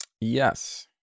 Yes